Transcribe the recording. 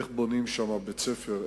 איך בונים שם בית-ספר,